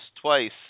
twice